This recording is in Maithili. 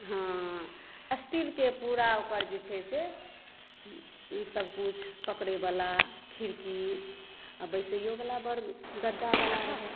हँ स्टीलक पूरा ओकर जे छै से सभ किछु पकड़े वला खिड़की बैसियो वला बड गद्दा बला रहल